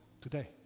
today